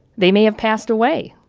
they may have passed away.